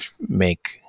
make